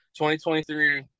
2023